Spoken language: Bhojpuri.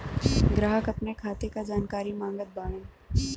ग्राहक अपने खाते का जानकारी मागत बाणन?